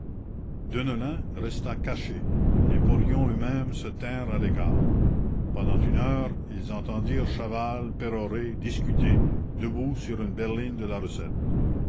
deneulin resta caché les porions eux-mêmes se tinrent à l'écart pendant une heure ils entendirent chaval pérorer discuter debout sur une berline de la recette